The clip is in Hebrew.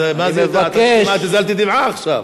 מה זה, כמעט הזלתי דמעה עכשיו.